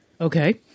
okay